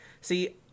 See